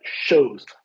shows